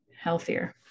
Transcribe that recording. healthier